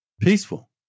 Peaceful